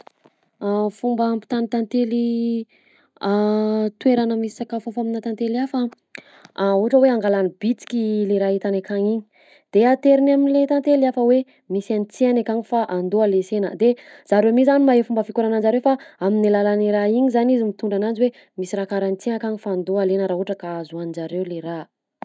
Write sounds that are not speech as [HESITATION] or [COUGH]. [HESITATION] Fomba ampitan'ny tantely [HESITATION] toerana misy sakafo hafa aminà tantely hafa: [HESITATION] ohatra hoe angalany bitiky le raha hitany akagny igny de ateriny am'le tantely hafa hoe misy an'ity any akagny fa andao alainsena, de zareo mi zany mahay fikoragnan'jareo fa amin'ny alalan'ny i raha igny zany izy mitondra ananjy hoe misy raha karahan'ity akagny fa andao alaina raha ohatra ka azo hohanin'jareo le raha.